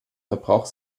verbrauch